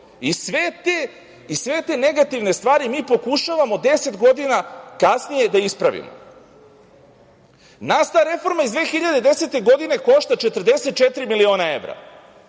te negativne stvari mi pokušavamo 10 godina kasnije da ispravimo. Nas ta reforma iz 2010. godine košta 44 miliona evra.